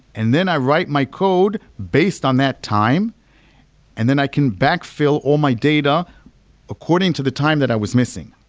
and then i write my code based on that time and then i can backfill all my data according to the time that i was missing,